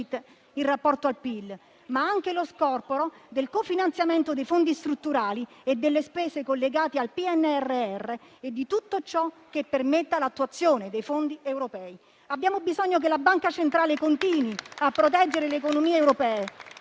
in rapporto al PIL, ma anche del cofinanziamento dei fondi strutturali e delle spese collegate al PNRR e di tutto ciò che permetta l'attuazione dei fondi europei. Abbiamo bisogno che la Banca centrale continui a proteggere le economie europee,